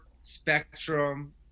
spectrum